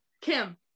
kim